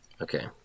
Okay